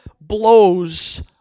blows